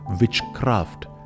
witchcraft